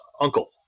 uncle